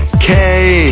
k,